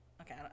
okay